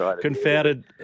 confounded